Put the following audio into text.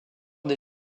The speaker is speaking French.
des